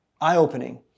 Eye-opening